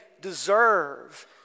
deserve